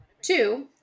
Two